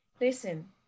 Listen